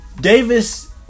Davis